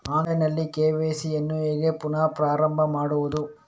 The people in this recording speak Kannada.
ಆನ್ಲೈನ್ ನಲ್ಲಿ ಕೆ.ವೈ.ಸಿ ಯನ್ನು ಹೇಗೆ ಪುನಃ ಪ್ರಾರಂಭ ಮಾಡುವುದು?